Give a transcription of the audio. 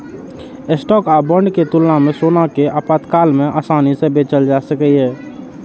stock आ bond के तुलना मे सोना कें आपातकाल मे आसानी सं बेचल जा सकैए